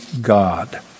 God